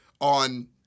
on